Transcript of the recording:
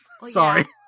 Sorry